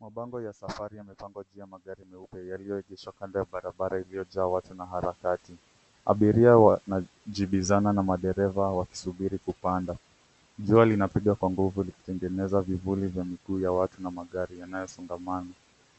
Mabango ya safari yamepangwa juu ya magari meupe yaliyoegeashwa kando ya barabara iliyojaa watu na harakati. Abiria wanajibizana na madereva wakisubiri kupanda. Jua linapiga kwa nguvu likitengeneza vivuli vya miguu ya watu na magari yanayosongamana.